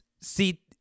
see